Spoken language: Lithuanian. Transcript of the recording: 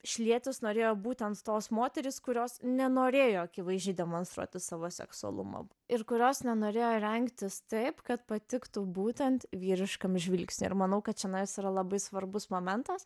šlietis norėjo būtent tos moterys kurios nenorėjo akivaizdžiai demonstruoti savo seksualumo ir kurios nenorėjo rengtis taip kad patiktų būtent vyriškam žvilgsniui ir manau kad čianais yra labai svarbus momentas